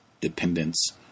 dependence